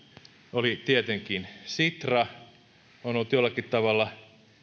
oli tietenkin sitra on ollut jollakin tavalla